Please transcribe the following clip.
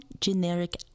generic